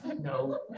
No